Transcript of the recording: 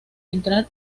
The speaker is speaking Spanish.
entrar